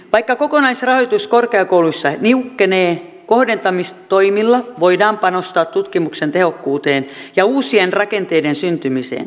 vaikka kokonaisrahoitus korkeakouluissa niukkenee kohdentamistoimilla voidaan panostaa tutkimuksen tehokkuuteen ja uusien rakenteiden syntymiseen